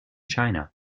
china